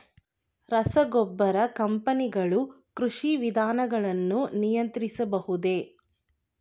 ರಸಗೊಬ್ಬರ ಕಂಪನಿಗಳು ಕೃಷಿ ವಿಧಾನಗಳನ್ನು ನಿಯಂತ್ರಿಸಬಹುದೇ?